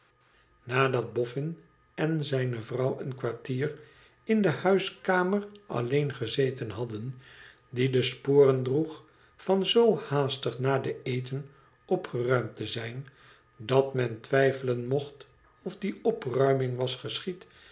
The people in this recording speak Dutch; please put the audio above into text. nadat boffin en zijne vrouw een kwartier in de huiskamer alleen gezeten hadden die de sporen droeg van z haastig na den eten opgeruimd te zijn dat men twijfelen mocht of die opruiming was geschied